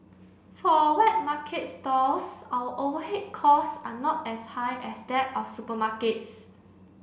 for wet market stalls our overhead costs are not as high as that of supermarkets